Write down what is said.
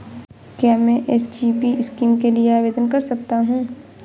क्या मैं SGB scheme के लिए आवेदन कर सकता हूँ?